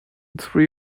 three